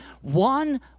One